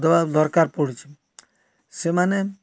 ଦେବା ଦରକାର ପଡ଼ୁଛି ସେମାନେ